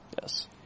Yes